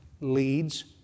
leads